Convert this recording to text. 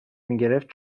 میگرفت